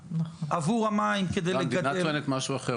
עבור המים כדי לגדל --- המדינה טוענת משהו אחר.